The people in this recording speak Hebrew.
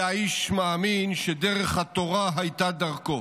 היה איש מאמין שדרך התורה הייתה דרכו.